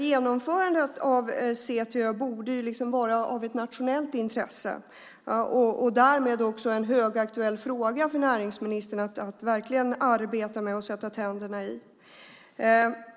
Genomförandet av CTÖ borde vara av ett nationellt intresse och därmed också en högaktuell fråga för näringsministern att arbeta med och sätta tänderna i.